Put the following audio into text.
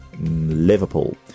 Liverpool